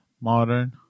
modern